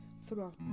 throughout